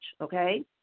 okay